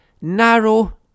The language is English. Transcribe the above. Narrow